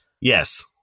yes